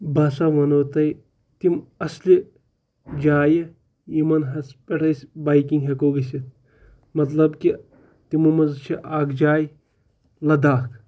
بہٕ ہَسا وَنو تۄہہِ تِم اَصلہِ جایہِ یِمَن حظ پٮ۪ٹھ أسۍ بایکِنٛگ ہٮ۪کو گٔژھِتھ مطلب کہِ تِمو منٛز چھِ اَکھ جاے لداخ